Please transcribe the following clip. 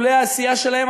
לולא העשייה שלהם,